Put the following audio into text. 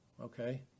Okay